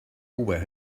where